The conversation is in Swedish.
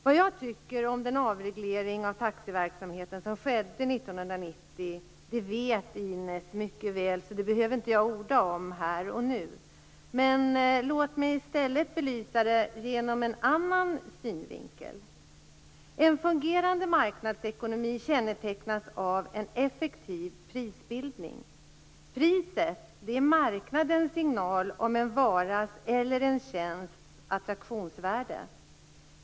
Vad jag tycker om den avreglering av taxiverksamheten som skedde 1990 vet Ines Uusmann mycket väl, och därför behöver jag inte orda om det här och nu. Men låt mig i stället belysa detta ur en annan synvinkel. En fungerande marknadsekonomi kännetecknas av en effektiv prisbildning. Priset är marknadens signal om en varas eller en tjänsts attraktionsvärde.